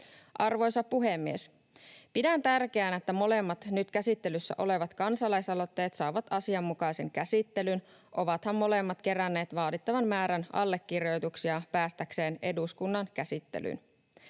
Arvoisa puhemies! Pidän tärkeänä, että molemmat nyt käsittelyssä olevat kansalaisaloitteet saavat asianmukaisen käsittelyn, ovathan molemmat keränneet vaadittavan määrän allekirjoituksia päästäkseen eduskunnan käsittelyyn.